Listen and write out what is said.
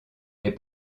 est